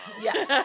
Yes